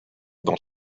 dans